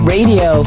Radio